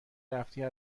رفتی